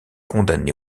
condamné